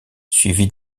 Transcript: suivi